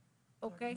אוקיי?